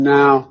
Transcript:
now